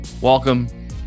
Welcome